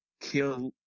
kill